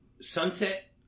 Sunset